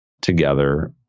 together